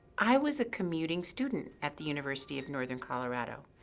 i was a commuting student at the university of northern colorado.